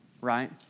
right